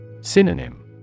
Synonym